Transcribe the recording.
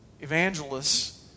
evangelists